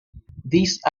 these